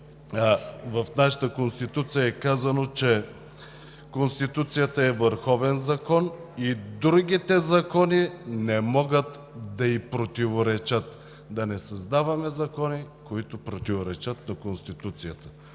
в нашата Конституция е казано, че Конституцията е върховен закон и другите закони не могат да ѝ противоречат! Да не създаваме закони, които противоречат на Конституцията.